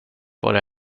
vare